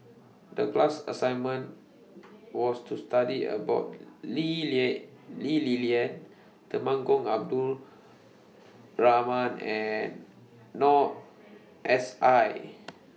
The class assignment was to study about Lee Li Lian Temenggong Abdul Rahman and Noor S I